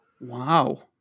Wow